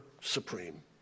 supreme